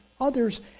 others